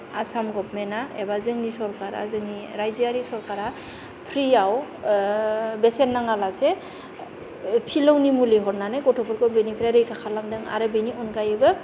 आसाम गभर्नमेन्टना एबा जोंनि सरकारा जोंनि रायजोयारि सरकारा फ्रिआव बेसेन नाङालासे फिलौनि मुलि हरनानै गथ'फोरखौ बेनिफ्राय रैखा खालामदों आरो बेनि अनगायैबो